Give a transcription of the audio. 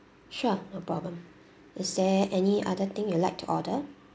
sure no problem is there any other thing you'd like to order